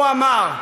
והוא אמר: